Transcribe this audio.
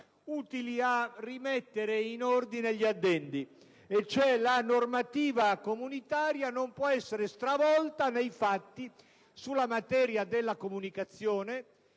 utili a rimettere in ordine gli addendi, nel senso che la normativa comunitaria non può essere stravolta nei fatti sulla materia della comunicazione,